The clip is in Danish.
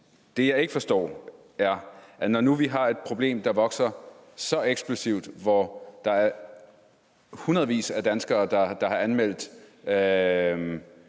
at sige »kriminelle romaer«. Men nu har vi et problem, der vokser så eksplosivt, og hvor der er hundredvis af danskere, der har anmeldt